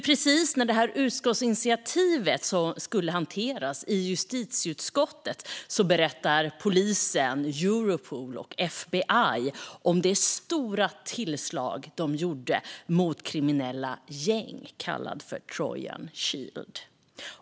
Precis när det här utskottsinitiativet skulle hanteras i justitieutskottet berättade polisen, Europol och FBI om det stora tillslag som de gjorde mot kriminella gäng, kallat Trojan Shield.